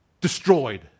destroyed